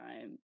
time